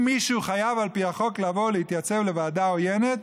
אם מישהו חייב על פי החוק לבוא להתייצב לוועדה עוינת,